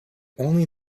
only